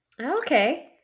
Okay